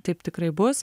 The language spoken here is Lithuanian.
taip tikrai bus